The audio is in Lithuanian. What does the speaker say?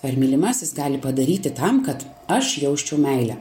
ar mylimasis gali padaryti tam kad aš jausčiau meilę